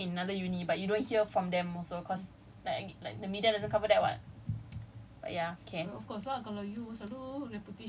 before that like before another case pops up another case already pops up in another uni but you don't hear from them also cause like like the media doesn't cover that [what]